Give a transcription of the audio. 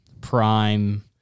prime